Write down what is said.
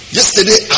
yesterday